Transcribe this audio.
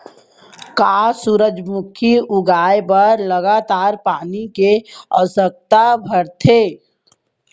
का सूरजमुखी उगाए बर लगातार पानी के आवश्यकता भरथे?